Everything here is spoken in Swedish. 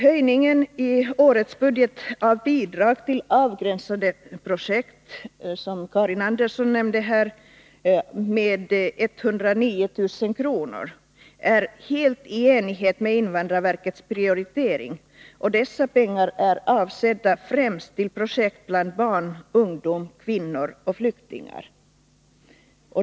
Höjningen i årets budget av bidraget till avgränsade projekt på 109 000 kr. — som Karin Andersson nämnde -— är helt i enlighet med invandrarverkets prioritering, och dessa pengar är avsedda främst till projekt bland barn, ungdomar, kvinnor och flyktingar.